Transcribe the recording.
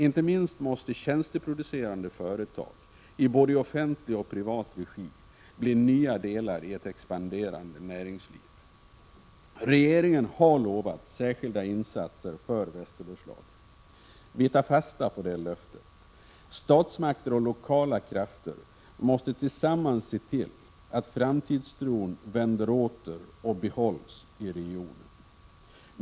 Inte minst måste tjänsteproducerande företag i både offentlig och privat regi bli nya delar i ett expanderande näringsliv. Regeringen har lovat särskilda insatser för Västerbergslagen. Vi tar fasta på det löftet. Statsmakter och lokala krafter måste tillsammans se till att framtidstron vänder åter till och behålls i regionen.